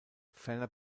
ferner